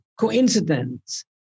coincidence